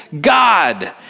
God